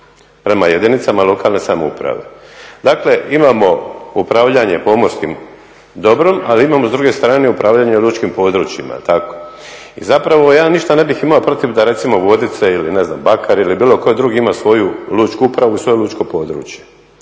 prema jedinicama lokalne samouprave. Dakle imamo upravljanje pomorskim dobrom ali imamo s druge strane upravljanje lučkim područjima. I zapravo ja ništa ne bih imao protiv da recimo Vodice ili ne znam Bakar ili bilo tko drugi ima svoju lučku upravu i svoje lučko područje